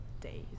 days